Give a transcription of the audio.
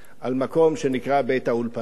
על מקום שנקרא שכונת-האולפנה.